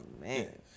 man